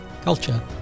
culture